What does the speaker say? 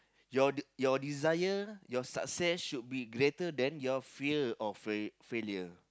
your d~ your desire your success should be greater than your fear of fail failure